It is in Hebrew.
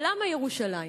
ולמה ירושלים?